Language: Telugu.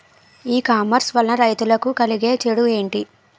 ఈ కామర్స్ వలన రైతులకి కలిగే చెడు ఎంటి?